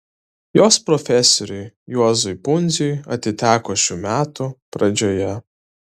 jos profesoriui juozui pundziui atiteko šių metų pradžioje